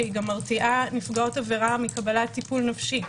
שהיא גם מרתיעה נפגעות עבירה מקבלת טיפול נפשי,